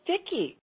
sticky